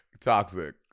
Toxic